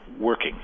working